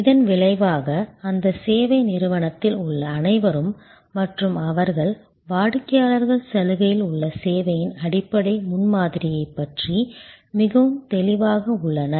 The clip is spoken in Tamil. இதன் விளைவாக அந்த சேவை நிறுவனத்தில் உள்ள அனைவரும் மற்றும் அவர்கள் வாடிக்கையாளர்கள் சலுகையில் உள்ள சேவையின் அடிப்படை முன்மாதிரியைப் பற்றி மிகவும் தெளிவாக உள்ளனர்